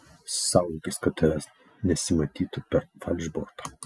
saugokis kad tavęs nesimatytų per falšbortą